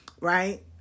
right